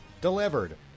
delivered